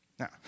Now